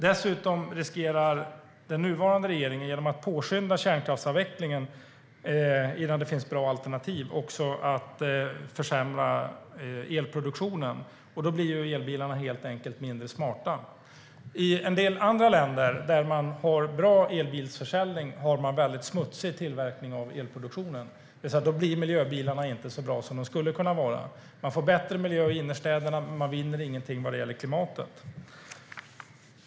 Dessutom riskerar den nuvarande regeringen genom att påskynda kärnkraftsavvecklingen innan det finns bra alternativ att försämra elproduktionen. Då blir elbilarna helt enkelt mindre smarta. I en del andra länder där man har bra elbilsförsäljning har man en väldigt smutsig elproduktion, och då blir miljöbilarna inte så bra som de skulle kunna vara. Man får bättre miljö i innerstäderna, men man vinner ingenting vad gäller klimatet.